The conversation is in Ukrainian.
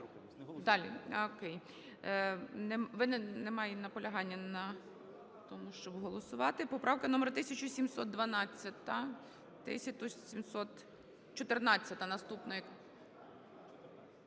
Далі. Окей. Ви не… Немає наполягання на тому, щоб голосувати. Поправка номер 1712. 1714-а – наступна.